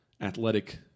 athletic